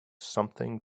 something